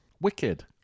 Wicked